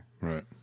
Right